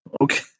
Okay